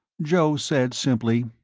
joe said simply,